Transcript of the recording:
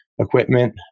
equipment